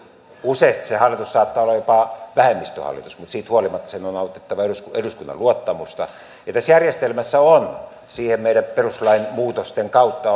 useasti se hallitus saattaa olla jopa vähemmistöhallitus mutta siitä huolimatta sen on nautittava eduskunnan eduskunnan luottamusta tässä järjestelmässä siihen meidän perustuslain muutosten kautta